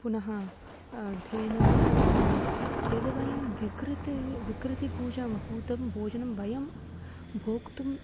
पुनः धेनुः वा भवतु यद् वयं विकृतिः विकृतिपूजां भूतं भोजनं वयं भोक्तुं